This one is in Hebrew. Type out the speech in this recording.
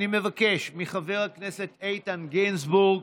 אני מבקש מחבר הכנסת איתן גינזבורג